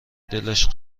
دلش